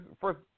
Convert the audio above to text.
First